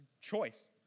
choice